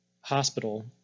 hospital